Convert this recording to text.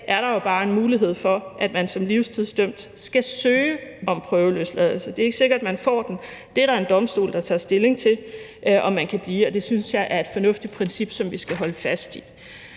er der jo bare en mulighed for, at man som livstidsdømt skal søge om prøveløsladelse. Det er ikke sikkert, at man får den. Det er der en domstol der tager stilling til om man kan blive, og det synes jeg er et fornuftigt princip, som vi skal holde fast i.